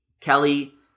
Kelly